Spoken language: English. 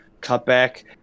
cutback